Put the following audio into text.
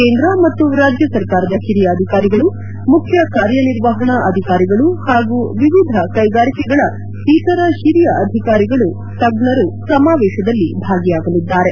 ಕೇಂದ್ರ ಮತ್ತು ರಾಜ್ಯ ಸರ್ಕಾರದ ಹಿರಿಯ ಅಧಿಕಾರಿಗಳು ಮುಖ್ಯ ಕಾರ್ಯನಿರ್ವಹಣಾ ಆಧಿಕಾರಿಗಳು ಮತ್ತು ವಿವಿಧ ಕೈಗಾರಿಕೆಗಳ ಇತರ ಹಿರಿಯ ಅಧಿಕಾರಿಗಳು ತಜ್ಞರು ಸಮಾವೇಶದಲ್ಲಿ ಭಾಗಿಯಾಗಲಿದ್ದಾರೆ